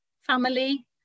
family